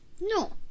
No